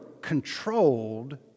controlled